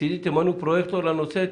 מצדי תמנו פרויקטור לנושא,